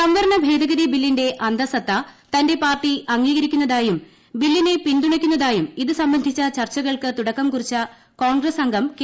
സംവരണ ഭേദഗതി ബില്ലിന്റെ അന്തസത്ത തന്റെ പാർട്ടി അംഗീകരിക്കുന്നതായും ബില്ലിനെ പിന്തുണയ്ക്കുന്നതായും ഇതു സംബന്ധിച്ച ചർച്ചകൾക്ക് തുടക്കം കുറിച്ച കോൺഗ്രസ്സ് അംഗം കെ